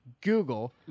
Google